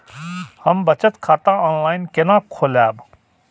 हम बचत खाता ऑनलाइन केना खोलैब?